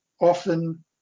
often